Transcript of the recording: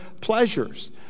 pleasures